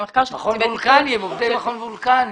עובדי מכון וולקני.